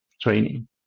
training